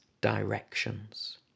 directions